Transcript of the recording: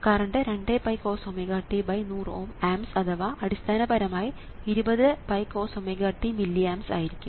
current 2𝜋×കോസ്⍵t100 Ω amps അഥവാ അടിസ്ഥാനപരമായി 20𝜋×കോസ്⍵t മില്ലി ആംപ്സ് ആയിരിക്കും